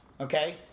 okay